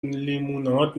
لیموناد